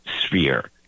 sphere